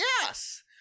yes